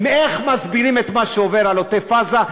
איך מסבירים את מה שעובר על עוטף-עזה?